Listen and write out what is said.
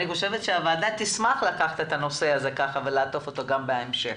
אני חושבת שהוועדה תשמח לקחת את הנושא הזה ולעטוף אותו גם בהמשך.